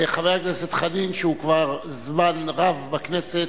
חבר הכנסת חנין, שהוא כבר זמן רב בכנסת,